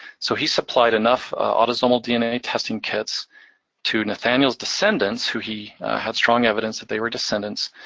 so he supplied enough autosomal dna testing kits to nathaniel's descendants, who he had strong evidence that they were descendants,